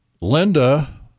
Linda